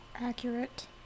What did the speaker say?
Accurate